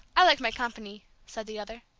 i like my company, said the other.